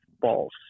false